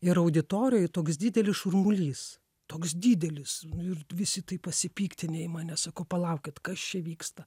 ir auditorijoj toks didelis šurmulys toks didelis ir visi taip pasipiktinę į mane sakau palaukit kas čia vyksta